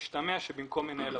השתמע שבמקום מנהל עבודה.